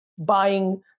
buying